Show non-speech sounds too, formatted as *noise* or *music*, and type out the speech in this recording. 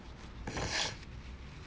*breath*